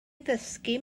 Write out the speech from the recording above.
ddysgu